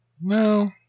No